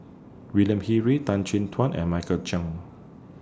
William He Read Tan Chin Tuan and Michael Chiang